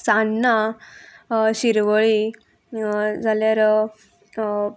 सान्नां शिरवळी जाल्यार